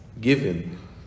given